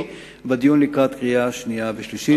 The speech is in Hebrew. בדיון לקראת קריאה שנייה וקריאה שלישית.